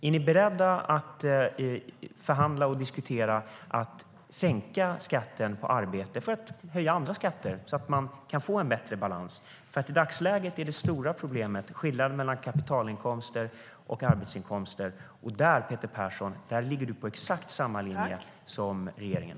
Är ni beredda att förhandla om och diskutera en sänkning av skatten på arbete och höja andra skatter så att man kan få en bättre balans? I dagsläget är nämligen det stora problemet skillnaden mellan kapitalinkomster och arbetsinkomster. Där ligger du, Peter Persson, på exakt samma linje som regeringen.